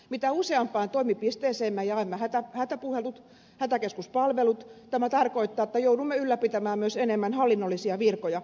mitä useampaan toimipisteeseen me jaamme hätäpuhelut hätäkeskuspalvelut tämä tarkoittaa että joudumme ylläpitämään myös enemmän hallinnollisia virkoja